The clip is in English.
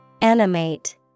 animate